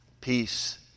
peace